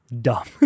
dumb